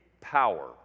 power